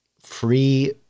free